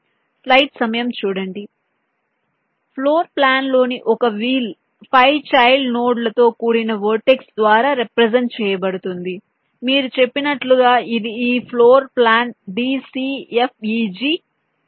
కాబట్టి ఫ్లోర్ ప్లాన్లోని ఒక వీల్ 5 చైల్డ్ నోడ్లతో కూడిన వెర్టెక్స్ ద్వారా రెప్రెసెంట్ చేయబడుతుంది మీరు చెప్పినట్లుగా ఇది ఈ floor plan d c f e g c d e f g